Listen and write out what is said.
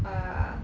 err